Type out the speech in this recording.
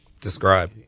describe